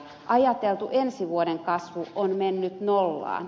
ajateltu ensi vuoden kasvu on mennyt nollaan